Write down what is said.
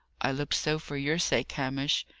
i looked so for your sake, hamish.